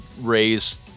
raise